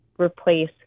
replace